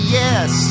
yes